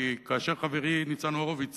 כי כאשר חברי ניצן הורוביץ